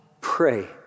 pray